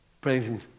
praising